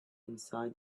inside